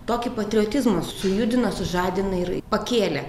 tokį patriotizmą sujudino sužadino ir pakėlė